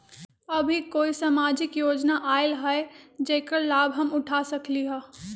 अभी कोई सामाजिक योजना आयल है जेकर लाभ हम उठा सकली ह?